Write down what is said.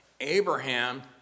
Abraham